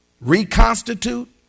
reconstitute